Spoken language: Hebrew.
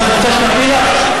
אז את רוצה שנפיל לך?